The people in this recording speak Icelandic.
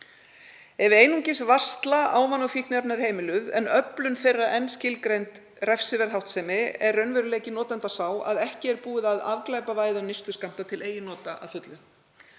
Ef einungis varsla ávana- og fíkniefna er heimiluð en öflun þeirra enn skilgreind refsiverð háttsemi er raunveruleiki notenda sá að ekki er búið að afglæpavæða neysluskammta til eigin nota að fullu.